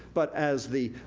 but, as the